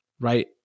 right